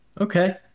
Okay